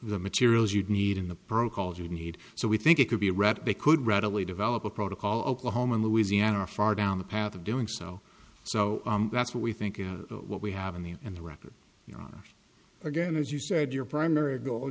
the materials you'd need in the protocols you need so we think it could be right they could readily develop a protocol oklahoman louisiana are far down the path of doing so so that's what we think you know what we have in the in the record you know again as you said your primary goal